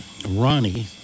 Ronnie